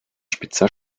spitzer